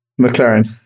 McLaren